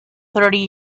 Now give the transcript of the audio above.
thirty